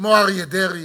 כמו אריה דרעי,